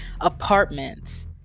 apartments